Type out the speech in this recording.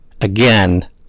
again